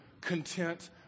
content